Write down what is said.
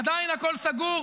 עדיין הכול סגור,